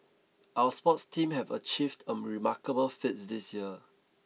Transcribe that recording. our sports team have achieved a remarkable feats this year